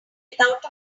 without